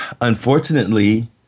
unfortunately